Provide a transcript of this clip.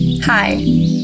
Hi